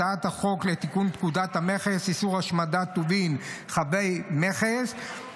הצעת חוק לתיקון פקודת המכס (איסור השמדת טובין חבי מכס).